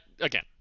again